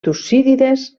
tucídides